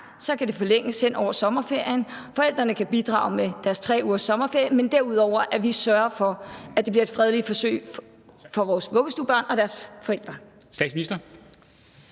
kan den forlænges hen over sommerferien. Forældrene kan bidrage med deres 3 ugers sommerferie, men derudover sørger vi for, at det bliver et fredeligt forløb for vores vuggestuebørn og deres forældre.